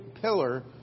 pillar